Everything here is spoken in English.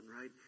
right